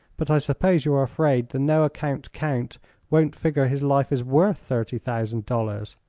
but i suppose you're afraid the no-account count won't figure his life is worth thirty thousand dollars.